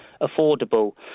affordable